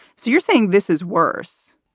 so you're saying this is. worse?